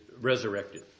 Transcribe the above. resurrected